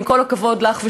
ועם כל הכבוד לך,